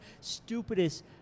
stupidest